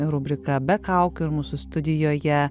rubriką be kaukių ir mūsų studijoje